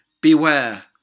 beware